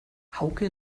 hauke